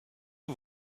que